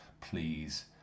Please